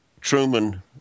Truman